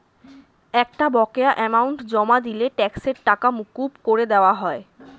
একটা বকেয়া অ্যামাউন্ট জমা দিলে ট্যাক্সের টাকা মকুব করে দেওয়া হয়